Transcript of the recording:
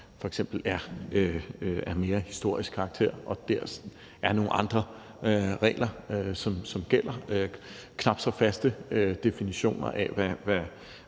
f.eks. er af mere historisk karakter, og der er det nogle andre regler, som gælder. Der er knap så faste definitioner med